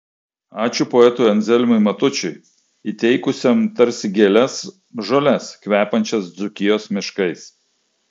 ačiū poetui anzelmui matučiui įteikusiam tarsi gėles žoles kvepiančias dzūkijos miškais